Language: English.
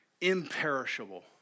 imperishable